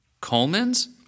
Coleman's